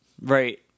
Right